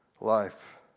life